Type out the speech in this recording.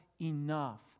enough